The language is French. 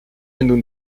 nous